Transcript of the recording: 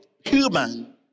human